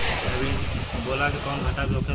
Hybrid बोला के कौनो घाटा भी होखेला?